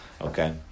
Okay